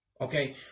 Okay